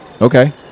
Okay